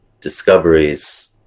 discoveries